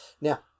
Now